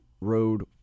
road